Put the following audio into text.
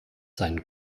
seinen